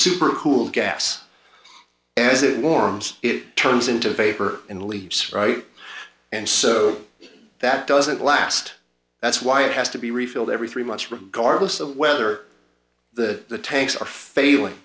super cool gas as it warms it turns into vapor and leaves right and so that doesn't last that's why it has to be refilled every three months regardless of whether the tanks are failing